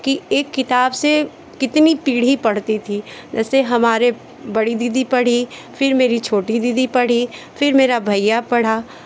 कि एक किताब से कितनी पीढ़ी पढ़ती थी जैसे हमारी बड़ी दीदी पढ़ी फिर मेरी छोटी दीदी पढ़ी फिर मेरा भैया पढ़ा